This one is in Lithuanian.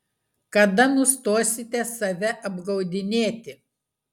kada nustosite save apgaudinėti